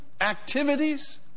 activities